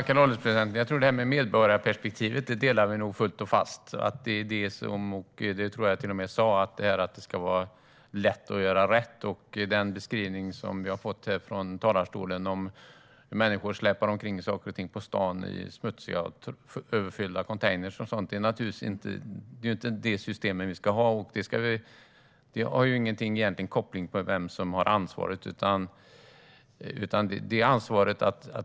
Herr ålderspresident! Vi delar nog fullt och fast uppfattningen om medborgarperspektivet. Jag sa att det ska vara lätt att göra rätt. Vi har fått höra beskrivningar från talarstolen om att människor släpar omkring sopor på stan till smutsiga och överfyllda containrar. Vi ska inte ha det systemet, och den frågan har ingen koppling till vem som har ansvaret.